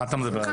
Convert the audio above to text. על מה אתה מדבר?